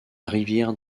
rivière